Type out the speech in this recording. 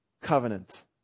covenant